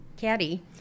Caddy